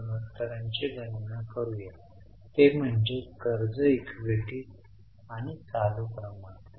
वित्तपुरवठा आपण डिबेंचर्स जारी करतो